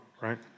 right